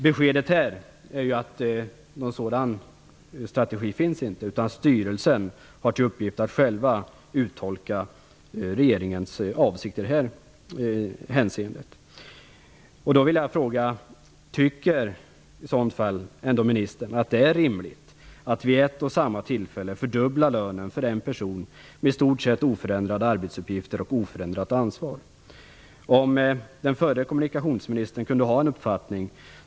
Beskedet är att det inte finns någon sådan strategi utan att styrelsen själv har i uppgift att uttolka regeringens avsikter i detta hänseende. Tycker ministern i så fall att det är rimligt att vid ett och samma tillfälle fördubbla lönen för en person med i stort sett oförändrade arbetsuppgifter och ett oförändrat ansvar? Den förre kommunikationsministern hade en uppfattning.